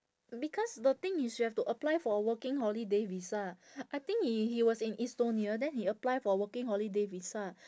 because the thing is you have to apply for working holiday visa I think he he was in estonia then he apply for working holiday visa